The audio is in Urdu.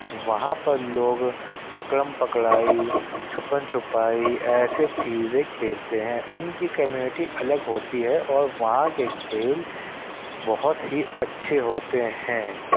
وہاں پر لوگ پکڑم پکڑائی چھپم چھپائی ایسے چیزیں کھیلتے ہیں ان کی کمیونٹی الگ ہوتی ہے اور وہاں کے کھیل بہت ہی اچھے ہوتے ہیں